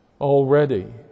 already